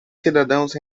cidadãos